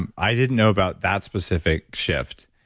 and i didn't know about that specific shift.